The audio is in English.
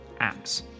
apps